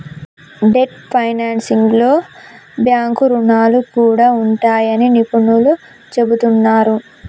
debt ఫైనాన్సింగ్లో bank రుణాలు కూడా ఉంటాయని నిపుణులు చెబుతున్నరు